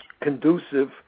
conducive